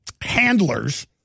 handlers